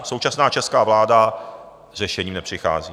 Současná česká vláda s řešením nepřichází.